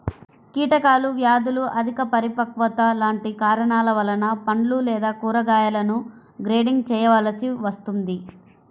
కీటకాలు, వ్యాధులు, అధిక పరిపక్వత లాంటి కారణాల వలన పండ్లు లేదా కూరగాయలను గ్రేడింగ్ చేయవలసి వస్తుంది